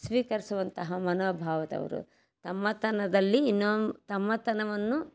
ಸ್ವೀಕರಿಸುವಂತಹ ಮನೋಭಾವದವರು ತಮ್ಮತನದಲ್ಲಿ ಇನ್ನೊಂದು ತಮ್ಮತನವನ್ನು